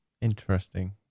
Interesting